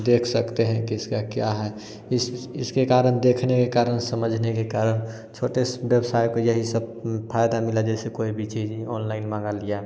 देख सकते हैं किसका क्या है इसके कारण देखने के कारण समझने के कारण छोटे से व्यवसाय को या यही सब फायदा मिला जैसे कोई भी चीज़ ऑनलाइन मंगा लिया